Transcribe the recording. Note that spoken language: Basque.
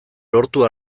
lortu